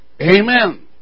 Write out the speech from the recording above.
Amen